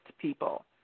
people